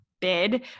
bid